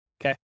Okay